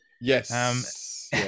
yes